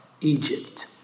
Egypt